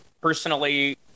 personally